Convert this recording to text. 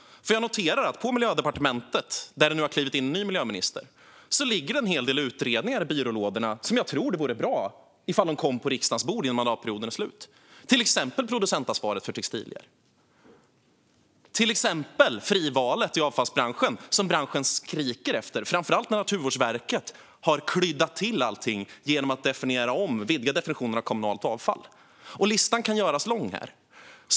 Jag noterar att det på Miljödepartementet, där det nu har klivit in en ny miljöminister, ligger en hel del utredningar i byrålådorna som jag tror vore bra att få på riksdagens bord innan mandatperioden är slut. Det gäller till exempel producentansvaret för textilier och frivalet i avfallsbranschen, som branschen skriker efter - framför allt eftersom Naturvårdsverket har klyddat till allting genom att definiera om och vidga definitionen av kommunalt avfall. Listan kan göras lång.